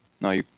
No